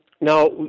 Now